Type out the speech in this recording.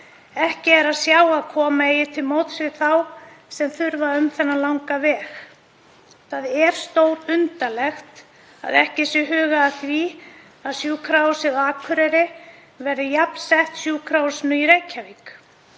Ekki er að sjá að koma eigi til móts við þá sem þurfa um þennan langa veg að fara. Það er stórundarlegt að ekki sé hugað að því að Sjúkrahúsið á Akureyri verði jafnsett sjúkrahúsinu í Reykjavík.